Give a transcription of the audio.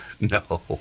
No